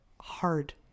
Hard